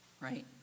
right